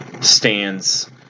stands